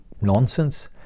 nonsense